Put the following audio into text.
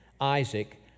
Isaac